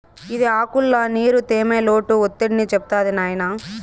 ఇది ఆకుల్ల నీరు, తేమ, లోటు ఒత్తిడిని చెప్తాది నాయినా